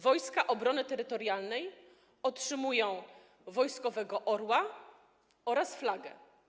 Wojska Obrony Terytorialnej otrzymują wojskowego orła oraz flagę.